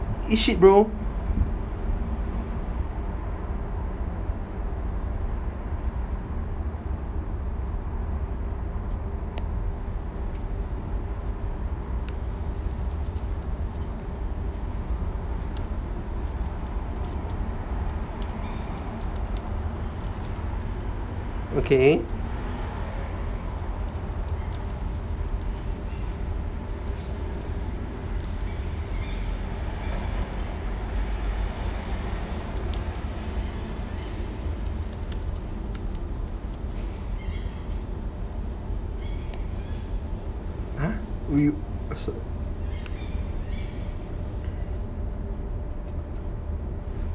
eat shit bro okay hor